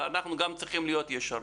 אבל אנחנו גם צריכים להיות ישרים.